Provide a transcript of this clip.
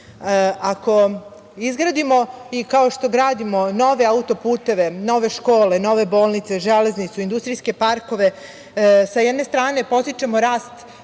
izgradimo i kao što gradimo nove autoputeve, nove škole, bolnice, železnicu, industrijske parkove, sa jedne strane podstičemo rast